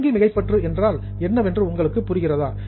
வங்கி மிகைப்பற்று என்றால் என்னவென்று உங்களுக்கு புரிகிறதா